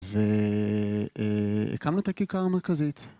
והקמנו את הכיכר המרכזית.